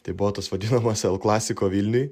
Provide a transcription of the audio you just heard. tai buvo tas vadinamas el klasiko vilniuj